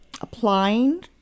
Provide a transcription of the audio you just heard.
applying